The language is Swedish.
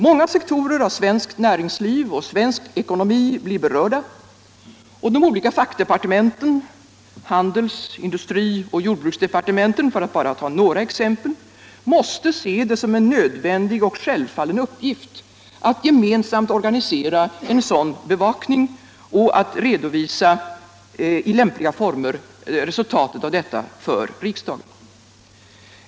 Många sektorer av svenskt näringsliv och svensk ekonomi är berörda, och de olika fackdepartementen — handels-, industri och jordbruksdepartementen, för att Internationellt utvecklingssamar bara ta några exempel - måste sc det som en nödvändig och självklar uppgift att gemensamt organisera en sådan bevakning och att i lämpliga former redovisa resultatet av dessa för riksdagen.